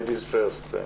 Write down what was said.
בבקשה.